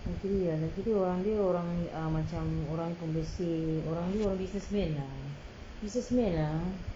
laki dia eh laki dia orang orang ah macam orang pembersih orang dia business man lah business man lah